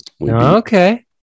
Okay